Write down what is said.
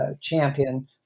champion